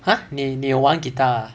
!huh! 你你玩 guitar ah